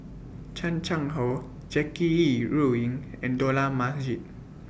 Chan Chang How Jackie Yi Ru Ying and Dollah Majid